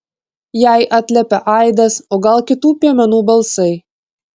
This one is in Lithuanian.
jai atliepia aidas o gal kitų piemenų balsai